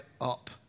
up